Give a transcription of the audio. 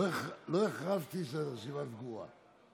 לא הכרזתי שהרשימה סגורה.